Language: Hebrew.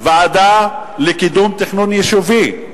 ועדה לקידום תכנון יישובי.